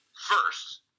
first